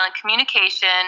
communication